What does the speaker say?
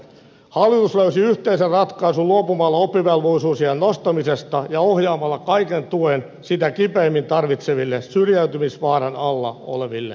hallitus löysi yhteisen ratkaisun luopumalla oppivelvollisuusiän nostamisesta ja ohjaamalla kaiken tuen sitä kipeimmin tarvitseville syrjäytymisvaaran alla oleville nuorille